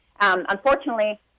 Unfortunately